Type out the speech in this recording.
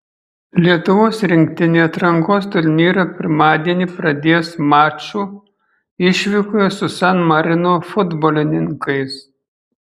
lietuvos rinktinė atrankos turnyrą pirmadienį pradės maču išvykoje su san marino futbolininkais